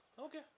Okay